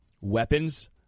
weapons